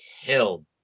killed